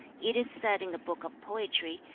it is said in the book of poetry,